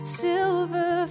silver